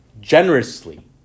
generously